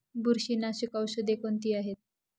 बुरशीनाशक औषधे कोणती आहेत?